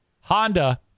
Honda